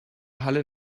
halle